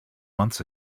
months